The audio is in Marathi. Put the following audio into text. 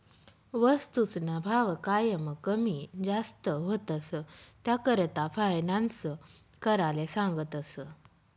वस्तूसना भाव कायम कमी जास्त व्हतंस, त्याकरता फायनान्स कराले सांगतस